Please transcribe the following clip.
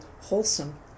wholesome